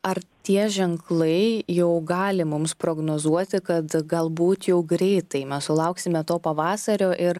ar tie ženklai jau gali mums prognozuoti kad galbūt jau greitai mes sulauksime to pavasario ir